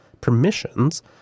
permissions